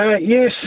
yes